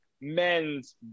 men's